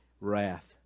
wrath